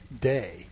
day